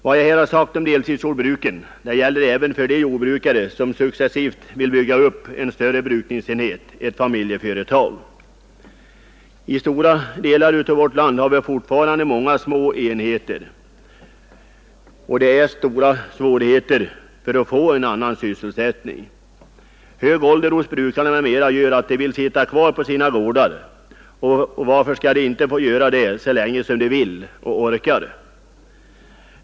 Vad jag har sagt om deltidsjordbruken gäller även för de jordbrukare som successivt vill bygga upp en större brukningsenhet — ett familjeföretag. I stora delar av vårt land har vi fortfarande många små enheter. Det råder stora svårigheter för jordbrukarna att få annan sysselsättning. Hög ålder hos brukarna numera gör att de vill sitta kvar på sina gårdar, och varför skall de ej få göra det så länge de vill och orkar?